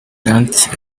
grant